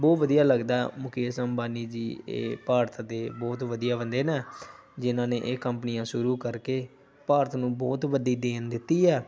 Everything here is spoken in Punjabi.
ਬਹੁਤ ਵਧੀਆ ਲੱਗਦਾ ਮੁਕੇਸ਼ ਅੰਬਾਨੀ ਜੀ ਇਹ ਭਾਰਤ ਦੇ ਬਹੁਤ ਵਧੀਆ ਬੰਦੇ ਹਨ ਜਿਹਨਾਂ ਨੇ ਇਹ ਕੰਪਨੀਆਂ ਸ਼ੁਰੂ ਕਰਕੇ ਭਾਰਤ ਨੂੰ ਬਹੁਤ ਵੱਡੀ ਦੇਣ ਦਿੱਤੀ ਹੈ